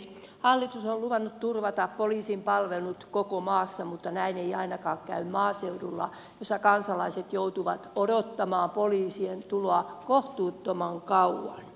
hallitus on luvannut turvata poliisin palvelut koko maassa mutta näin ei käy ainakaan maaseudulla missä kansalaiset joutuvat odottamaan poliisien tuloa kohtuuttoman kauan